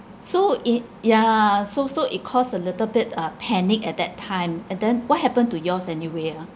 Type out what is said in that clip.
so it yeah so so it caused a little bit uh panic at that time and then what happened to yours anyway ah